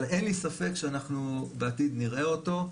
אבל אין לי ספק שאנחנו בעתיד נראה אותו.